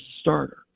starter